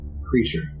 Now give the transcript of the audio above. creature